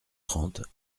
trente